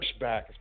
pushback